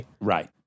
Right